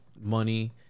money